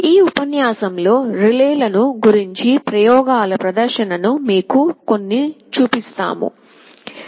ఈ ఉపన్యాసంలో రిలే లను ఉపయోగించి ప్రయోగాల ప్రదర్శన మేము మీకు కొన్ని చూపిస్తాము